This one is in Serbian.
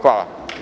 Hvala.